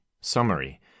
Summary